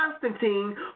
Constantine